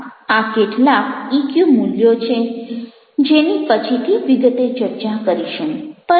હા આ કેટલાક ઇક્યુ મૂલ્યો છે જેની પછીથી વિગતે ચર્ચા કરીશું